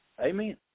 Amen